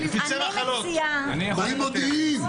--- חבר הכנסת